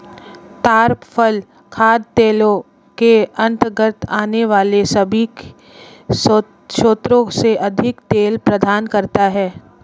ताड़ फल खाद्य तेलों के अंतर्गत आने वाले सभी स्रोतों से अधिक तेल प्रदान करता है